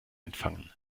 empfangen